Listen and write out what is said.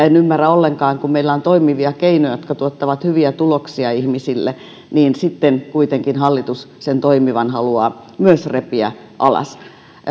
en ymmärrä ollenkaan kun meillä on toimivia keinoja jotka tuottavat hyviä tuloksia ihmisille että sitten kuitenkin hallitus myös sen toimivan haluaa repiä alas